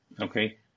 Okay